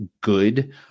good